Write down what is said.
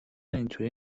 اینطوری